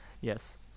Yes